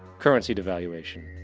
currency devaluation.